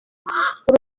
uru